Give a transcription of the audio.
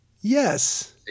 Yes